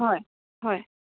হয় হয়